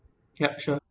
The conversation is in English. yup sure